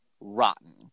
rotten